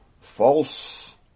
false